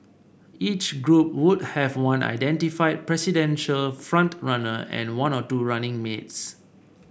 each group would have one identified presidential front runner and one or two running mates